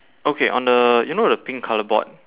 okay on the you know the pink colour board